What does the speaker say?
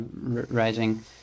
rising